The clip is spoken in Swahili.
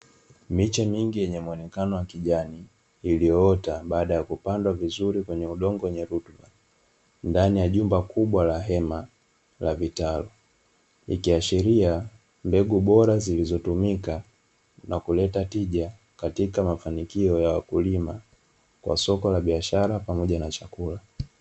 Miche mingi yenye muonekano wa kijani iliyoota baada ya kupandwa vizuri kwenye udongo wenye rutuba ndani ya jumba kubwa la hema la vitalu. Ikiashiria mbegu bora zilizotumika na kuleta tija katika mafanikio ya wakulima, kwa soko la biashara pamoja na chakula.